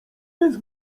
jest